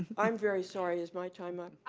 i'm very sorry, is my time up?